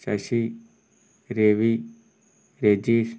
Sasi Ravi Rajeesh